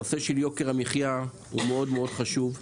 נושא יוקר המחיה הוא מאוד מאוד חשוב.